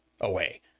away